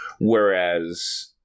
whereas